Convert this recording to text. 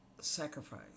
sacrifice